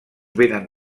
vénen